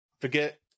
forget